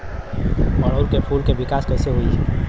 ओड़ुउल के फूल के विकास कैसे होई?